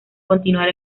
continuar